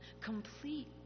complete